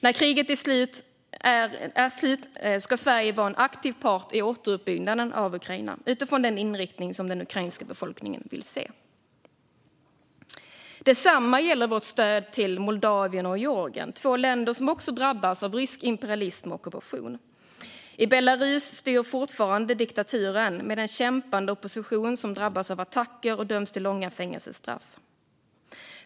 När kriget är slut ska Sverige vara en aktiv part i återuppbyggnaden av Ukraina, utifrån den inriktning som den ukrainska befolkningen vill se. Detsamma gäller vårt stöd till Moldavien och Georgien, två länder som också har drabbats av rysk imperialism och ockupation. I Belarus styr fortfarande diktaturen, med en kämpande opposition som drabbas av attacker och döms till långa fängelsestraff.